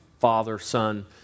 father-son